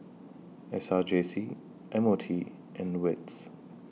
S R J C M O T and WITS